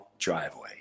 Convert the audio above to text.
driveway